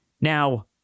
Now